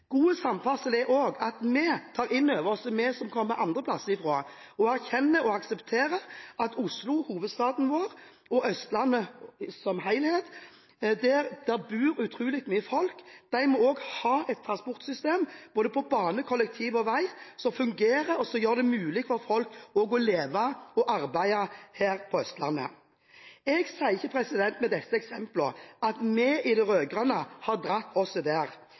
gode til å ta imot. God samferdsel er også at alle de som ferdes i transportsystemet, skal kunne bruke det uavhengig av om de kan gå, stå, se eller høre. God samferdsel er også at vi som kommer fra andre plasser, tar inn over oss, erkjenner og aksepterer at Oslo – hovedstaden vår – og Østlandet som helhet, hvor det bor utrolig mye folk, også må ha et transportsystem på både bane, kollektiv og vei, som fungerer, og som gjør det mulig for folk å leve og arbeide her